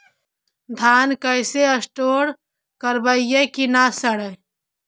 धान कैसे स्टोर करवई कि न सड़ै?